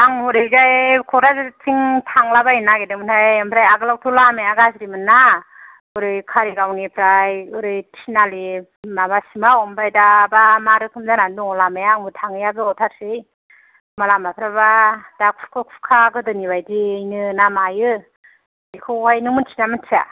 आं हरै जाय ककराझारथिं थांलाबायनो नागिरदोंमोन हाय ओमफ्राय आगोलाव थ' लामाया गाज्रि मोनना हरै कारिगावनिफ्राय ओरै तिनालि माबासिमाव ओमफ्राय दाबा मा रोखोम जाना दङ लामाया आंबो थाङैया गोबाव थारसै लामाफ्राबा दा खुरख' खुरखा गोदोनि बायदियैनो ना मायो बिखौहाय नों मोन्थिना ना मोन्थिआ